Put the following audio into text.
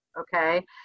Okay